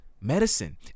medicine